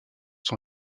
son